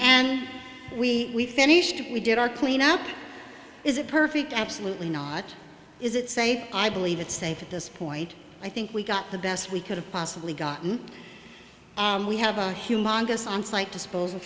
and we finished it we did our clean up is a perfect absolutely not is it safe i believe it's safe at this point i think we got the best we could have possibly gotten we have a humongous onsite disposal